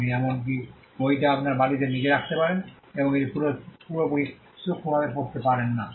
আপনি এমনকি বইটি আপনার বালিশের নীচে রাখতে পারেন এবং এটি পুরোপুরি সূক্ষ্মভাবে পড়তে পারেন না